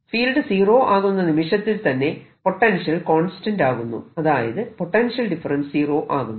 field zero ആകുന്ന നിമിഷത്തിൽ തന്നെ പൊട്ടൻഷ്യൽ കോൺസ്റ്റന്റ് ആകുന്നു അതായത് പൊട്ടൻഷ്യൽ ഡിഫറെൻസ് സീറോ ആകുന്നു